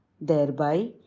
thereby